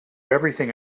everything